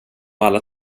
alla